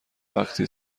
وقتی